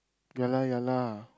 ya lah ya lah